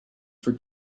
for